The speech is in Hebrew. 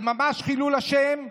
זה ממש חילול השם,